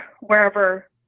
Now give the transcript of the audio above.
wherever